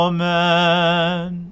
Amen